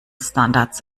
standards